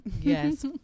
yes